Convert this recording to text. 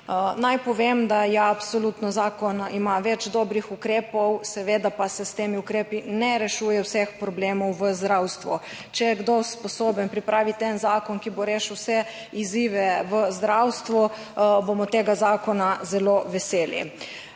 Naj povem, da absolutno zakon ima več dobrih ukrepov, seveda pa se s temi ukrepi ne rešuje vseh problemov v zdravstvu. Če je kdo sposoben pripraviti en zakon, ki bo rešil vse izzive v zdravstvu, bomo tega zakona zelo veseli.